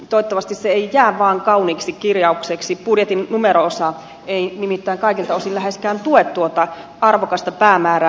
toivottavasti se ei jää vaan kauniiksi kirjaukseksi budjetin numero osa ei nimittäin kaikilta osin läheskään tue tuota arvokasta päämäärää